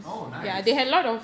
oh nice